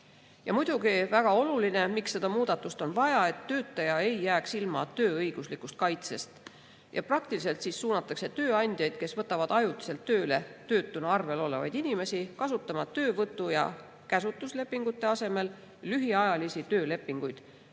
Muidugi on väga oluline [põhjus], miks seda muudatust on vaja, see, et töötaja ei jääks ilma tööõiguslikust kaitsest. Praktiliselt suunatakse tööandjaid, kes võtavad ajutiselt tööle töötuna arvel olevaid inimesi, kasutama töövõtu‑ ja käsunduslepingute asemel lühiajalisi töölepinguid.